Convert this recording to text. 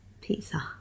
pizza